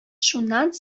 шуннан